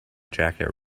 jacket